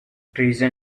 treason